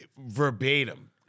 Verbatim